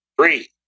Three